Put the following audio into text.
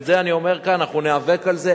ואת זה אני אומר כאן: אנחנו ניאבק על זה,